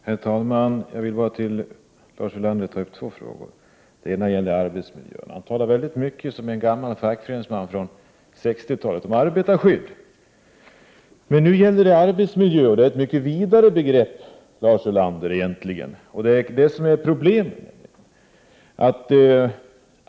Herr talman! Jag vill med Lars Ulander bara ta upp två frågor. Den ena gäller arbetsmiljön. Lars Ulander talar som en gammal fackföreningsman från 1960-talet mycket om arbetarskydd, men nu gäller det arbetsmiljö och det är egentligen ett mycket vidare begrepp, Lars Ulander. Det är också det som är problemet.